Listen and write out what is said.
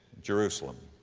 jerusalem.